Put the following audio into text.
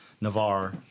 Navarre